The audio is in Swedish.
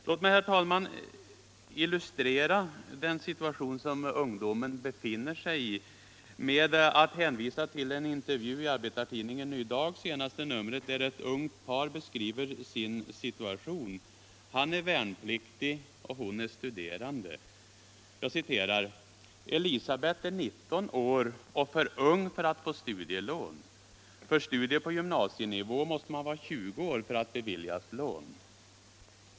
Låt mig, herr talman, illustrera den situation ungdomen befinner sig i med att hänvisa till en intervju i arbetartidningen Ny Dag, senaste numret, där ett ungt par beskriver sin situation. Han är värnpliktig och hon studerande. ”Elisabet är 19 år och för ung för att få studielån. För studier på gymnasienivå måste man vara 20 år för att beviljas lån.